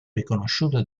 riconosciute